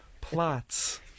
Plots